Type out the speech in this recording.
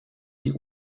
die